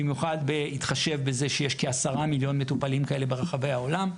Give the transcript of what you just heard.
במיוחד בהתחשב בזה שיש כ-10 מיליון מטופלים כאלה ברחבי העולם.